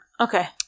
Okay